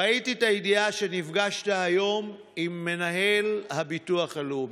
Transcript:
ראיתי את הידיעה שנפגשת היום עם מנהל הביטוח הלאומי,